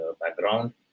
background